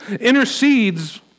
intercedes